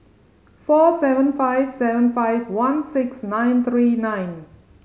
four seven five seven five one six nine three nine